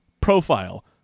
profile